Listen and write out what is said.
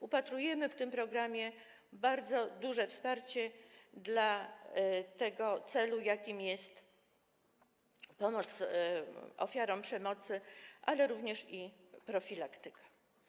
Upatrujemy w tym programie bardzo duże wsparcie dla tego celu, jakim jest pomoc ofiarom przemocy, ale również dla profilaktyki.